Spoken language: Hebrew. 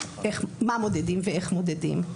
מה מודדים ואיך מודדים.